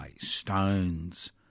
Stones